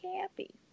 happy